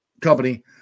company